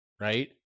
right